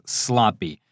sloppy